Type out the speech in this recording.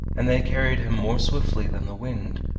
and they carried him more swiftly than the wind,